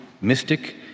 mystic